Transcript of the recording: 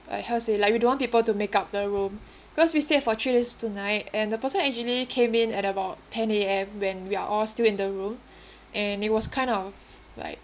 like how say like we don't want people to make up the room because we stay there for three days two night and the person actually came in at about ten A_M when we were all still in the room and it was kind of like